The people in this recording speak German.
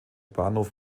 bahnhof